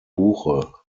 buche